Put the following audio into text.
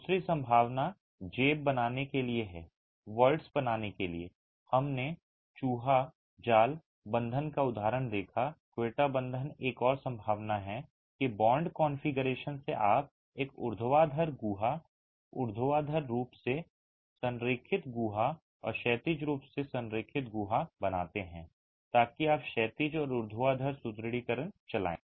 दूसरी संभावना जेब बनाने के लिए है voids बनाने के लिए हमने चूहा जाल बंधन का उदाहरण देखा क्वेटा बंधन एक और संभावना है कि बॉन्ड कॉन्फ़िगरेशन से आप एक ऊर्ध्वाधर गुहा ऊर्ध्वाधर रूप से संरेखित गुहा और क्षैतिज रूप से संरेखित गुहा बनाते हैं ताकि आप क्षैतिज और ऊर्ध्वाधर सुदृढीकरण चलाएं